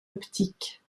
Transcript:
optique